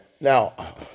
Now